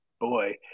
boy